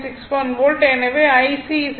61 volt